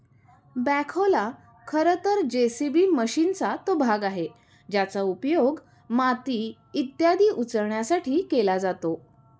बॅखोला खरं तर जे.सी.बी मशीनचा तो भाग आहे ज्याचा उपयोग माती इत्यादी उचलण्यासाठी केला जातो